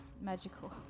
magical